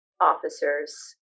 officers